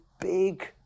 big